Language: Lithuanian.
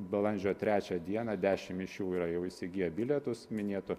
balandžio trečią dieną dešimt iš jų yra jau įsigiję bilietus minėtu